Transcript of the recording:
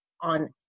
on